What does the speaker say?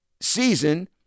season